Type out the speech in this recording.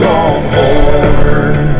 Longhorn